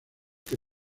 que